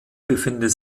befindet